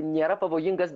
nėra pavojingas